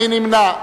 מי נמנע?